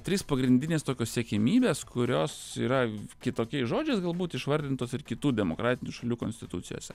trys pagrindinės tokios siekiamybės kurios yra kitokiais žodžiais galbūt išvardintos ir kitų demokratinių šalių konstitucijose